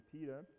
Peter